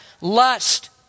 lust